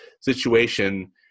situation